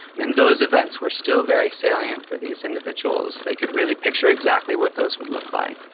and those events were still very salient for these individuals, they could really picture exactly what those would look like.